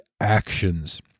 actions